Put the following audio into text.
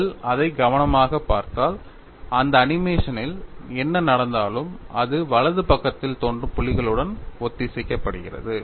நீங்கள் அதை கவனமாகப் பார்த்தால் இந்த அனிமேஷனில் என்ன நடந்தாலும் அது வலது பக்கத்தில் தோன்றும் புள்ளிகளுடன் ஒத்திசைக்கப்படுகிறது